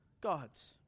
God's